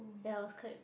ya I was quite